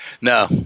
No